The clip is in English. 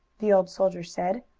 the old soldier said.